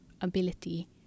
ability